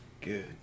Good